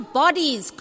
bodies